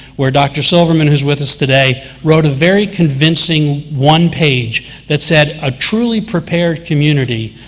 where dr. silverman, who is with us today, wrote a very convincing one page that said a truly prepared community,